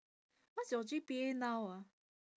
what's your G_P_A now ah